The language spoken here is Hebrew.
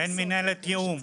אין מינהלת תיאום.